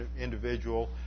individual